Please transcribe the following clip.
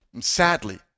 Sadly